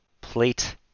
plate